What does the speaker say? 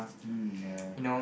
mm ya